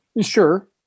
Sure